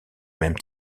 même